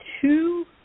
two